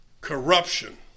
Corruption